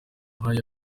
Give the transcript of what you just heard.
nk’aya